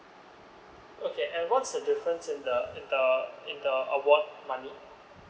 okay and what's the difference in the in the in the award money